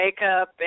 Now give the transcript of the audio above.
makeup